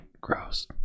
gross